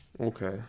Okay